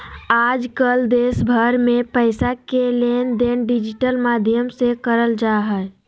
आजकल देश भर मे पैसा के लेनदेन डिजिटल माध्यम से करल जा हय